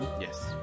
Yes